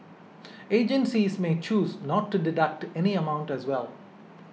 agencies may choose not to deduct any amount as well